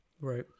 right